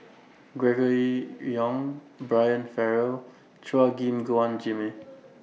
Gregory Yong Brian Farrell Chua Gim Guan Jimmy